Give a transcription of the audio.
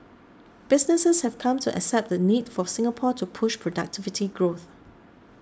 businesses have come to accept the need for Singapore to push productivity growth